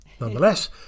Nonetheless